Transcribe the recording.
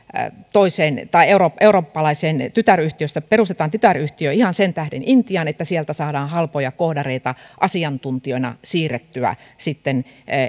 tai eurooppalaisesta yhtiöstä perustetaan tytäryhtiö ihan sen tähden intiaan että sieltä saadaan halpoja koodareita asiantuntijoina siirrettyä sitten